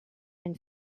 and